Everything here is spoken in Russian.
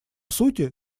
сути